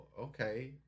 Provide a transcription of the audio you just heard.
okay